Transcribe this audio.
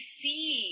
see